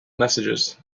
messages